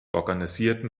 organisierten